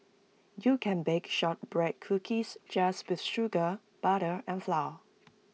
you can bake Shortbread Cookies just with sugar butter and flour